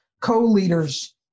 co-leaders